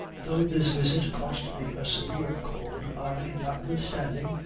though this visit cost me a severe cold, i, notwithstanding,